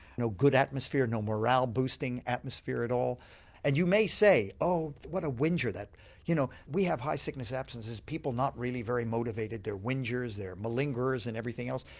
no good atmosphere, no morale boosting atmosphere at all and you may say oh what a whinger, you know we have high sickness absences people not really very motivated, they're whingers, they're malingerers and everything else.